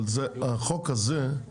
אבל החוק הזה,